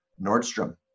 Nordstrom